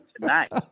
tonight